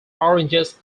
oranges